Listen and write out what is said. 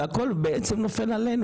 והכול בעצם נופל עלינו.